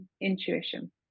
intuition